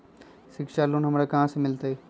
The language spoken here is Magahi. शिक्षा लोन हमरा कहाँ से मिलतै?